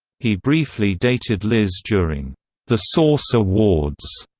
he briefly dated liz during the source awards,